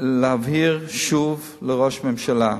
להבהיר שוב לראש הממשלה,